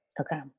Okay